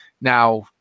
Now